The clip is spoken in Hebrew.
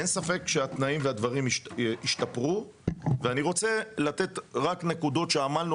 אין ספק שהתנאים והדברים השתפרו ואני רוצה לתת רק נקודות שעמלנו